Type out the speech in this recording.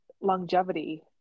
longevity